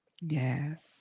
Yes